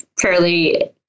fairly